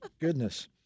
Goodness